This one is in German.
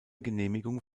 genehmigung